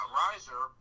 riser